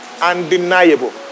Undeniable